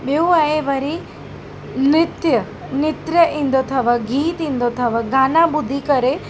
ॿियो आहे वरी नृत्य नृत्य ईंदो अथव गीतु ईंदो अथव गाना ॿुधी करे